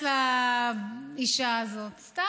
אני